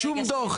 שום דו"ח.